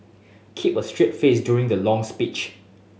keep a straight face during the long speech